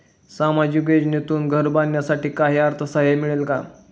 सामाजिक योजनेतून घर बांधण्यासाठी काही अर्थसहाय्य मिळेल का?